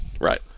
right